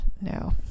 No